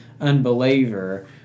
unbeliever